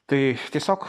tai tiesiog